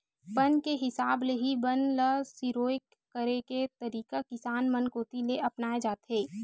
बन के हिसाब ले ही बन ल सिरोय करे के तरीका किसान मन कोती ले अपनाए जाथे